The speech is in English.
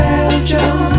Belgium